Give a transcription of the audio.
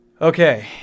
Okay